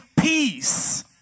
peace